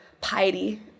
piety